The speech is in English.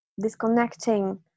disconnecting